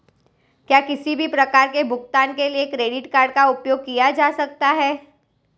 क्या किसी भी प्रकार के भुगतान के लिए क्रेडिट कार्ड का उपयोग किया जा सकता है?